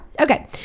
okay